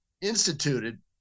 instituted